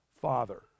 father